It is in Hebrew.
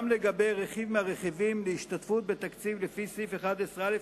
גם לגבי רכיב מהרכיבים להשתתפות בתקציב לפי סעיף 11א,